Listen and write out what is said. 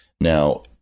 Now